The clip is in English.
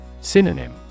Synonym